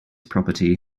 property